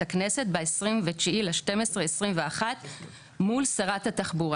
הכנסת ב-29 בדצמבר 2021 מול שרת התחבורה.